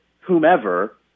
whomever